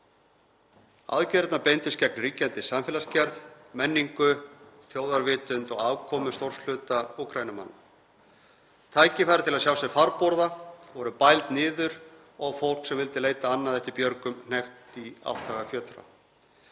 Aðgerðirnar beindust gegn ríkjandi samfélagsgerð, menningu, þjóðarvitund og afkomu stórs hluta Úkraínumanna. Tækifæri til að sjá sér farborða voru bæld niður og fólk sem vildi leita annað eftir björgum var hneppt í átthagafjötra.